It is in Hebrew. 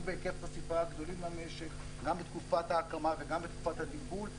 בהיקף חשיפה גדולים למשק גם לתקופת ההקמה וגם לתקופת הגידול,